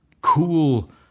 cool